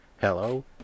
Hello